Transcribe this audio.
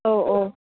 औ औ